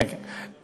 כן, כן.